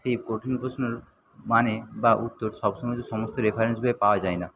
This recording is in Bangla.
সেই কঠিন প্রশ্নের মানে বা উত্তর সবসময় তো সমস্ত রেফারেন্স বইয়ে পাওয়া যায় না